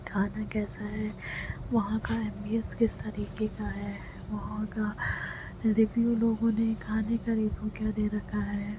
کھانا کیسا ہے وہاں کا ایم بی ایف کس طریقے کا ہے وہاں کا ریویو لوگوں نے کھانے کا ریویو کیا دے رکھا ہے